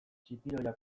txipiroia